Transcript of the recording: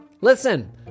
Listen